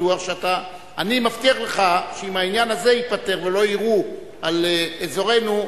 אני מבטיח לך שאם העניין הזה ייפתר ולא יירו על אזורנו,